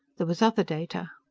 there was other data.